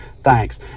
thanks